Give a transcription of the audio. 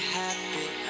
happy